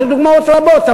יש עוד דוגמאות רבות.